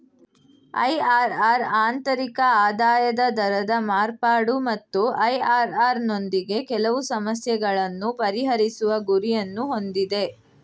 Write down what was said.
IRR ಆಂತರಿಕ ಆದಾಯದ ದರದ ಮಾರ್ಪಾಡು ಮತ್ತು ಐ.ಆರ್.ಆರ್ ನೊಂದಿಗೆ ಕೆಲವು ಸಮಸ್ಯೆಗಳನ್ನು ಪರಿಹರಿಸುವ ಗುರಿಯನ್ನು ಹೊಂದಿದೆ